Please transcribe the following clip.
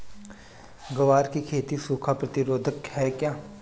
ग्वार की खेती सूखा प्रतीरोधक है क्या?